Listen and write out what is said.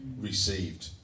received